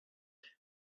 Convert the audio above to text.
but